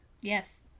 yes